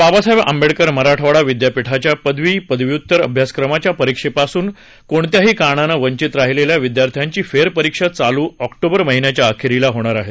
बाबासाहेब आंबेडकर मराठवाडा विद्यापीठाच्या पदवी पदव्युत्तर अभ्यासक्रमाच्या परीक्षेपासून कोणत्याही कारणानं वंचित राहिलेल्या विद्यार्थ्यांची फेरपरीक्षा चालू ऑक्टोबर महिन्याच्या अखेरीला होणार आहे